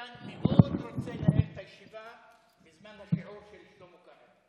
איתן מאוד רוצה לנהל את הישיבה בזמן השיעור של שלמה קרעי.